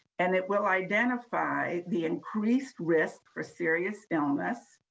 and it will identify the increased risk for serious illness,